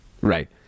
right